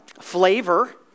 flavor